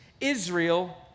Israel